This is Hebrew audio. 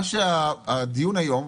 הדיון היום,